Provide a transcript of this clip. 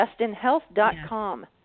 justinhealth.com